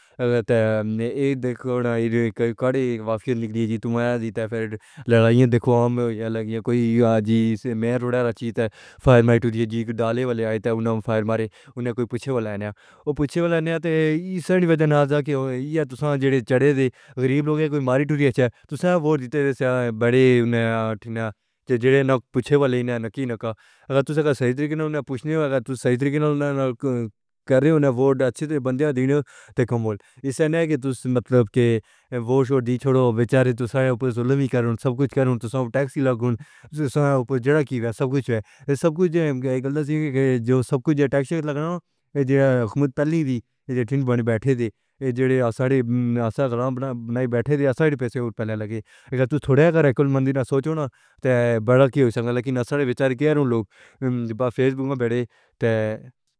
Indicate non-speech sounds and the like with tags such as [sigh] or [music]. اگر تم نے ایک دیکھا ہوگا کہ کہاں سے نکلی تھی میری تافرید۔ لڑائیاں دیکھو میں کوئی آج سی ہے۔ میئر وڈ اعلیٰ فائرنگ کر دی جب دھالے والے آئے تو انہوں نے فائر مارے اور کچھ بولا ہے نہ وہ پچھے والے نے ایسی وجہ نہیں کہ تسلی دے چڑھے غریب لوگ ہیں، کوئی ماری جاتی ہے تو سب کو ووٹ دیتے تھے بڑے نہ تینہ جے پھر وہ نہ کی نہ کا تو [hesitation] ساہیڈ کینال پوچھنا تو ساہیڈ کینال نال کا ووٹ اچھی طرح بندہ دنوں تک مول ایسا نہیں کہ ووٹ چھوڑ دی، چھوڑو بچارے تو سائے ہم پر ظلم بھی کرن سب کچھ کر ہو تو ٹیکس لگن سا اوپر بھی سب کچھ سب کچھ گلا تھا، جو سب کچھ ٹیکس لگانا حکومت پہلے بھی نے بنے بیٹھے تھے جو اس آرے آسار بنائے بیٹھے تھے اس آرے پہلے لگے تھوڑا گرے کل مندی نہ سوچنا تھا بڑا کیا ہو سکتا ہے لیکن سارے بچار کیا رو لوگ فیس بک پر تھے